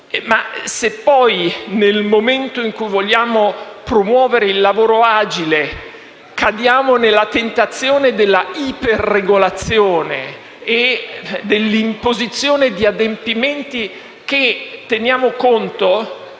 Ma poi, nel momento in cui vogliamo promuovere il lavoro agile, cadiamo nella tentazione della iperregolazione e dell'imposizione di adempimenti che non